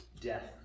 Death